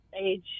age